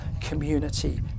community